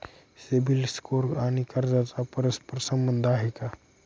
CIBIL score आणि कर्जाचा परस्पर संबंध आहे का?